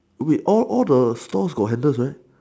wait all all all the stores got handles right